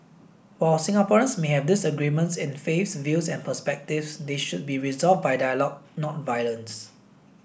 while Singaporeans may have disagreements in faiths views and perspectives they should be resolved by dialogue not violence